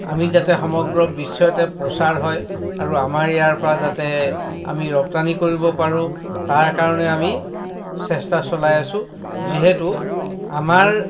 আমি যাতে সমগ্ৰ বিশ্বতে প্ৰচাৰ হয় আৰু আমাৰ ইয়াৰ পৰা যাতে আমি ৰপ্তানি কৰিব পাৰোঁ তাৰ কাৰণে আমি চেষ্টা চলাই আছোঁ যিহেতু আমাৰ